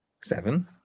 seven